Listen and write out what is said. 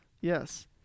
Yes